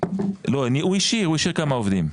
הוא השאיר כמה עובדים.